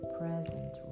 present